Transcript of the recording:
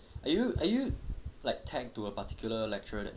are you are you like tagged to a particular lecturer that